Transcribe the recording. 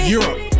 Europe